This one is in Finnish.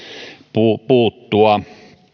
puuttua puuttua